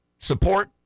support